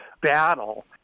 battle